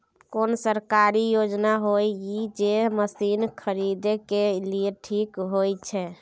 कोन सरकारी योजना होय इ जे मसीन खरीदे के लिए ठीक होय छै?